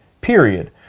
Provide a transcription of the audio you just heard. period